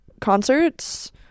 concerts